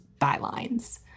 bylines